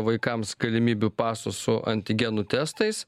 vaikams galimybių paso su antigenu testais